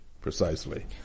precisely